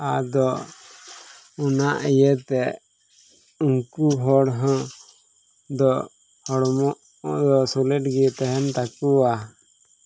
ᱟᱫᱚ ᱚᱱᱟ ᱤᱭᱟᱹᱛᱮ ᱩᱱᱠᱩ ᱦᱚᱲ ᱦᱚᱸ ᱫᱚ ᱦᱚᱲᱢᱚ ᱫᱚ ᱥᱩᱞᱮᱴ ᱜᱮ ᱛᱟᱦᱮᱱ ᱛᱟᱠᱚᱣᱟ